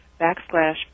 backslash